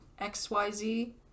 XYZ